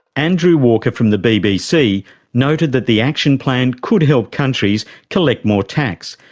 andrew walker from the bbc noted that the action plan could help countries collect more tax,